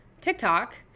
TikTok